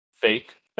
fake